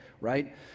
right